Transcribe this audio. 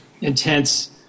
intense